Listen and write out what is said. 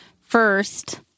first